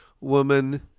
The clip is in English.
woman